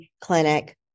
clinic